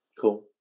Cool